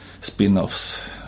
spin-offs